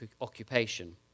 occupation